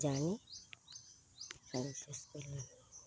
জানি